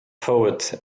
poet